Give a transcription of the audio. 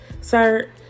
sir